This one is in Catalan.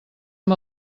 amb